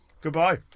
Goodbye